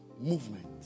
movement